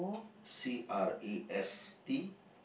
C R A S T